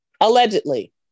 allegedly